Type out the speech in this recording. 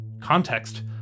context